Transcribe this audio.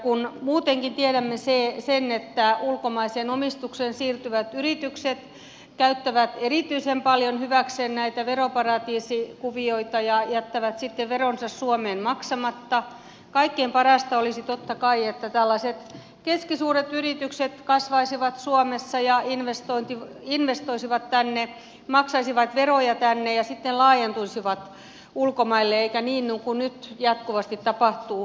kun muutenkin tiedämme sen että ulkomaiseen omistukseen siirtyvät yritykset käyttävät erityisen paljon hyväkseen näitä veroparatiisikuvioita ja jättävät sitten veronsa suomeen maksamatta kaikkein parasta olisi totta kai että tällaiset keskisuuret yritykset kasvaisivat suomessa ja investoisivat tänne maksaisivat veroja tänne ja sitten laajentuisivat ulkomaille eikä niin kuin nyt jatkuvasti tapahtuu